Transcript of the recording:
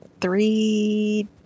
three